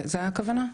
זו הכוונה.